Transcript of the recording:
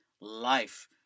life